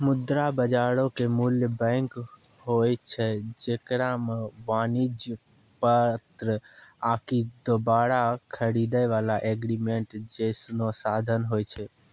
मुद्रा बजारो के मूल बैंक होय छै जेकरा मे वाणिज्यक पत्र आकि दोबारा खरीदै बाला एग्रीमेंट जैसनो साधन होय छै